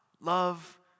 love